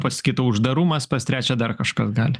pas kitą uždarumas pas trečią dar kažkas gali